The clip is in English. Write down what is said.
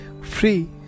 free